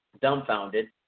dumbfounded